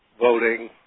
voting